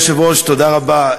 אדוני היושב-ראש, תודה רבה.